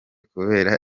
kubera